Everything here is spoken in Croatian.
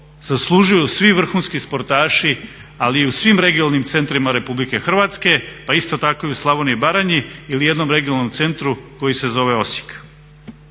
zaslužuju svi vrhunski sportaši ali i u svim regionalnim centrima RH, pa isto tako i u Slavoniji i Baranji ili jednom regionalnom centru koji se zove Osijek.